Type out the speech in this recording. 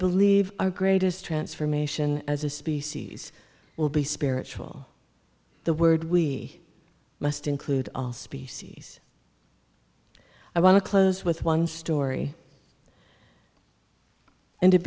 believe our greatest transformation as a species will be spiritual the word we must include all species i want to close with one story and it